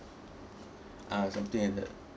ah something like that